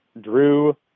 Drew